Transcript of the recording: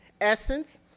Essence